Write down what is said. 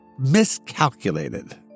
miscalculated